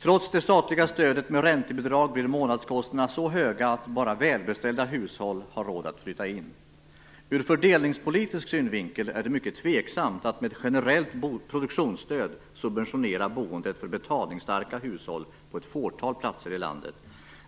Trots det statliga stödet med räntebidrag blir månadskostnaderna så höga att bara välbeställda hushåll har råd att flytta in. Ur fördelningspolitisk synvinkel är det mycket tveksamt att med generellt produktionsstöd subventionera boendet för betalningsstarka hushåll på ett fåtal platser i landet.